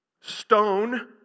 Stone